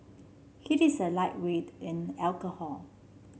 he is a lightweight in alcohol